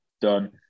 done